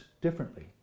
differently